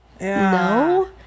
No